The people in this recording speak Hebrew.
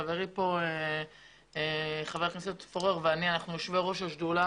חבר הכנסת פורר ואני יושבי ראש השדולה